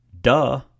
duh